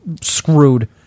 screwed